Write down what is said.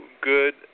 good